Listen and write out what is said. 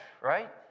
right